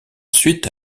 ensuite